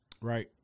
right